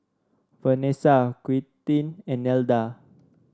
Vanesa Quintin and Nelda